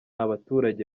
abaturage